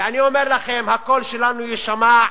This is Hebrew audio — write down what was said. ואני אומר לכם: הקול שלנו יישמע,